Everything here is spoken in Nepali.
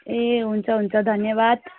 ए हुन्छ हुन्छ धन्यवाद